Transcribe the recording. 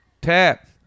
Tap